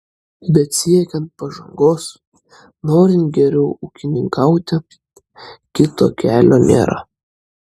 bet siekiant pažangos norint geriau ūkininkauti kito kelio nėra